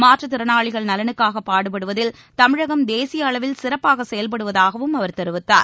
மாற்றுத்திறனாளிகள் நலனுக்காக பாடுபடுவதில் தமிழகம் தேசிய அளவில் சிறப்பாக செயல்படுவதாகவும் அவர் தெரிவித்தார்